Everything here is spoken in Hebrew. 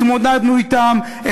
התמודדנו אתם,